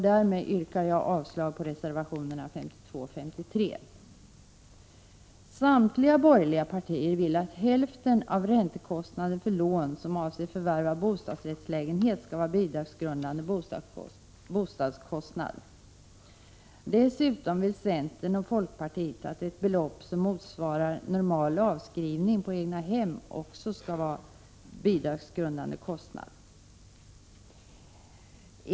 Därmed yrkar jag avslag på reservationerna 52 och 53; Samtliga borgerliga partier vill att hälften av räntekostnaden för lån som avser förvärv av bostadsrättslägenhet skall vara bidragsgrundande bostadskostnad. Dessutom vill centerpartiet och folkpartiet att ett belopp som motsvarar en normal avskrivning på egnahem också skall vara bidragsgrundande kostnad.